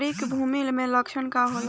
आंतरिक कृमि के लक्षण का होला?